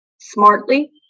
Smartly